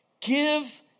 Give